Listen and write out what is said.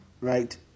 Right